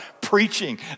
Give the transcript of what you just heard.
preaching